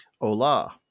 Hola